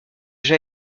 déjà